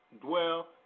dwell